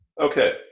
Okay